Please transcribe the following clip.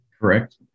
Correct